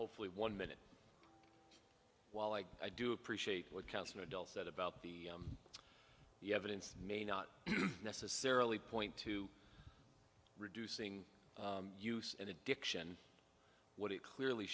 hopefully one minute while i do appreciate what counts an adult said about the the evidence may not necessarily point to reducing use and addiction what it clearly